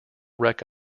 wreck